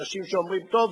אנשים שאומרים: טוב,